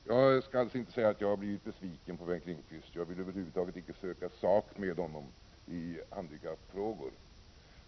Jag skall alltså inte säga att jag har blivit besviken på Bengt Lindqvist — jag vill över huvud taget inte söka sak med honom i handikappfrågor.